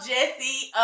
Jesse